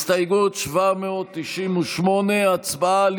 הסתייגות 798, הצבעה על